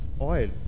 oil